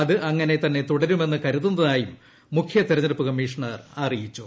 അത് അങ്ങനെ തന്നെ തുടരുമെന്ന് കരുതുന്നതായും മുഖ്യ തെരഞ്ഞെടുപ്പ് കമ്മീഷണർ അറിയിച്ചു